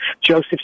Joseph